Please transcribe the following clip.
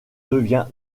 devient